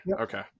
okay